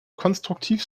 konstruktiv